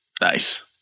Nice